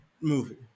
movie